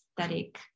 aesthetic